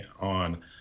on